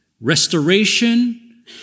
Restoration